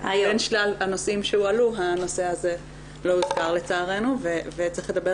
בין שלל הנושאים שהועלו הנושא הזה לא הוזכר לצערנו וצריך לדבר